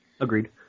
Agreed